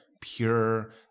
pure